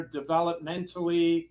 developmentally